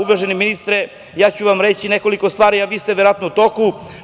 Uvaženi ministre, reći ću vam nekoliko stvari, a vi ste verovatno u toku.